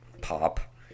pop